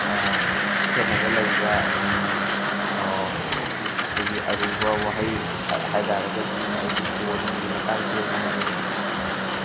ꯈꯦꯠꯅꯕ ꯂꯩꯕ ꯑꯩꯈꯣꯏꯒꯤ ꯑꯔꯨꯕ ꯋꯥꯍꯩ ꯍꯥꯏꯇꯔꯒꯗꯤ ꯑꯩꯗꯤ ꯇꯣꯟꯒꯤ ꯃꯇꯥꯡꯁꯦ ꯑꯣꯏꯅ ꯍꯥꯏꯖꯒꯅꯤ